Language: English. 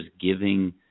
giving